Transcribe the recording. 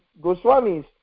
Goswamis